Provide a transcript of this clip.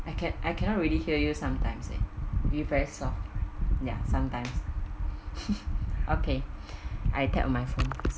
I can I cannot really hear you sometimes eh you very soft ya sometimes okay I tap my phone first